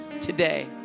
today